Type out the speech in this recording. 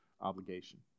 obligation